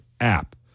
app